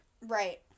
Right